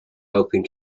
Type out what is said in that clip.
helping